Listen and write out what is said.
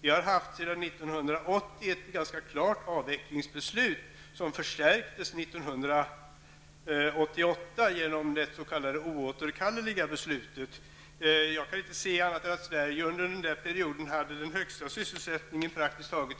Vi har sedan 1980 ett ganska klart avvecklingsbeslut som förstärktes 1988 genom det s.k. oåterkalleliga beslutet. Sverige hade under denna period praktiskt taget den högsta sysselsättningen